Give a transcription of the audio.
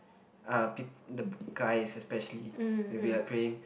uh peop~ the guys especially will be like praying